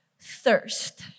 Thirst